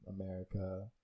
America